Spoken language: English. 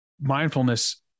mindfulness